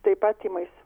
taip pat tymais